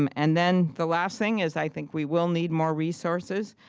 um and then the last thing is i think we will need more resources,